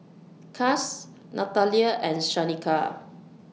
Cass Natalya and Shanika